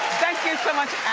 thank you so much,